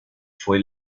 fue